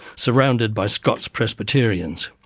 surrounded by scots presbyterians.